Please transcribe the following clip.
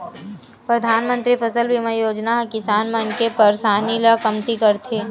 परधानमंतरी फसल बीमा योजना ह किसान मन के परसानी ल कमती करथे